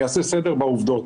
אני אעשה סדר בעובדות.